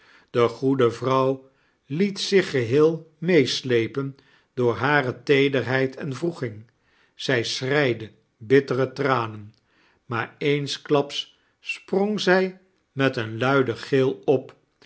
de goede vrouw liet zich geheel meeslepen door hare teederheid en wroeging zij schreide bittere tranen maar eensklaps sprong zij met een luiden gil op